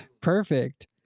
Perfect